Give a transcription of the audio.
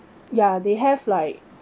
ya they have like